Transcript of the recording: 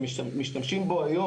שמשתמשים בו היום,